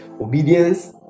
obedience